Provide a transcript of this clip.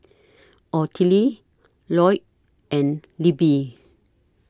Ottilie Lloyd and Libbie